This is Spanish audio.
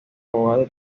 abogado